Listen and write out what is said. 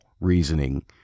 reasoning